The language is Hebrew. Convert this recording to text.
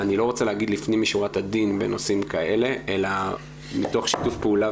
אני לא רוצה להגיד לפנים משורת הדין בנושאים כאלה אלא מתוך שיתוף פעולה